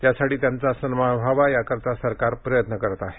त्यासाठी आणि त्यांचा सन्मान व्हावा यासाठी सरकार प्रयत्न करत आहे